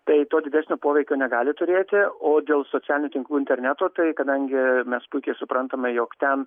tai to didesnio poveikio negali turėti o dėl socialinių tinklų interneto tai kadangi mes puikiai suprantame jog ten